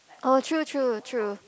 oh true true true